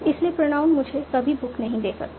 इसलिए प्रोनाउन मुझे कभी बुक नहीं दे सकता